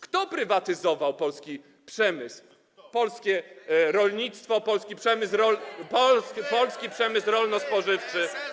Kto prywatyzował polski przemysł, polskie rolnictwo, polski przemysł rolny, polski przemysł rolno-spożywczy?